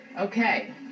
Okay